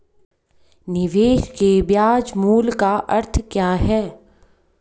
निवेश के ब्याज मूल्य का अर्थ क्या है?